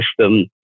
system